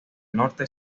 norte